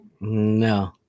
No